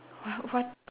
what what